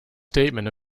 statement